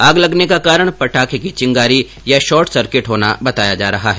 आग लगने का कारण पटाखें की चिंगारी या शोर्ट सर्किट बताया जा रहा है